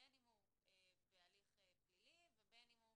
בין אם הוא בהליך פלילי ובין אם הוא